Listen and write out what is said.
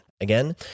Again